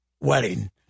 wedding